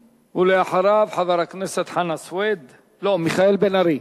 ואחריו, חבר הכנסת מיכאל בן-ארי.